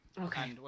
Okay